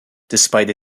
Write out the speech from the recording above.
despite